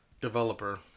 developer